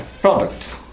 product